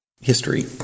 History